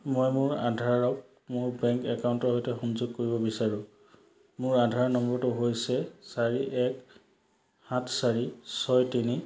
মই মোৰ আধাৰক মোৰ বেংক একাউণ্টৰ সৈতে সংযোগ কৰিব বিচাৰোঁ মোৰ আধাৰ নম্বৰ হৈছে চাৰি এক সাত চাৰি ছয় তিনি